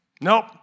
Nope